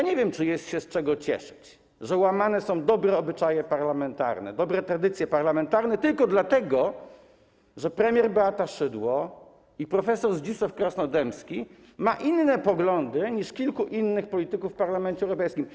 Nie wiem, czy jest się z czego cieszyć, że łamane są dobre obyczaje parlamentarne, dobre tradycje parlamentarne, tylko dlatego, że premier Beata Szydło i prof. Zdzisław Krasnodębski mają inne poglądy niż kilku innych polityków w Parlamencie Europejskim.